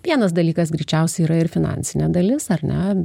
vienas dalykas greičiausiai yra ir finansinė dalis ar ne